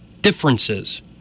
differences